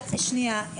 שנייה.